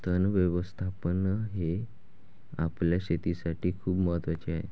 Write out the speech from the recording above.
तण व्यवस्थापन हे आपल्या शेतीसाठी खूप महत्वाचे आहे